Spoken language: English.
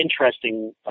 interesting